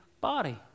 body